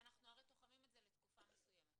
שאנחנו הרי תוחמים את זה לתקופה מסוימת.